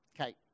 Okay